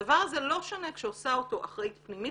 הדבר הזה לא שונה כשעושה אותו אחראית פנימית